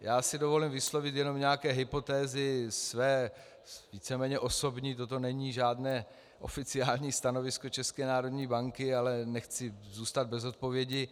Já si dovolím vyslovit jenom nějaké hypotézy své víceméně osobní, toto není žádné oficiální stanovisko České národní banky, ale nechci zůstat bez odpovědi.